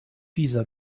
visa